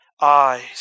eyes